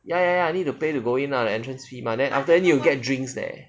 ya ya ya I need to pay to go in ah the entrance fee then after that need to get drinks there